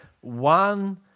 one